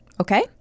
Okay